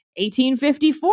1854